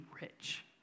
rich